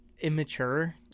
immature